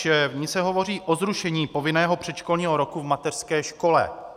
V ní se hovoří o zrušení povinného předškolního roku v mateřské škole.